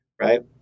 Right